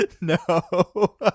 No